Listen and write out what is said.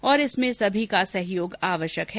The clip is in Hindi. और इसमें सभी का सहयोग आवश्यक है